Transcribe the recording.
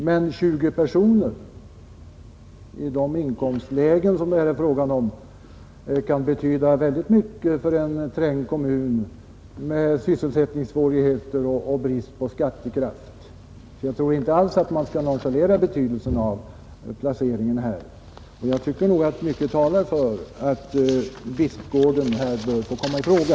Men 20 personer i inkomstlägen av detta slag kan betyda väldigt mycket för en trängd kommun med sysselsättningssvårigheter och brist på skattekraft. Därför tror jag inte att man skall nonchalera betydelsen av placeringen i detta fall. Och jag tycker att mycket talar för att Bispgården bör få komma i fråga.